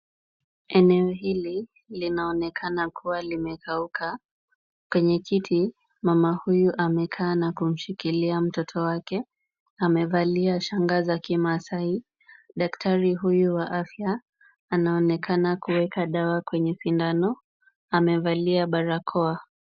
Eneo hili linaonekana kuwa limekauka. Kwenye kiti, mama huyu amekaa na kumshikilia mtoto wake. Amevalia shanga za kimaasai. Daktari huyu wa afya, anaonekana kuweka dawa kwenye sindano. Amevalia barakoa.